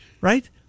right